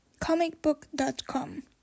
comicbook.com